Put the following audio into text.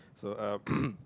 so uh